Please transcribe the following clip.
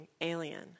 Alien